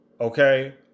okay